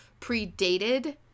predated